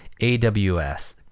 AWS